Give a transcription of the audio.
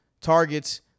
Targets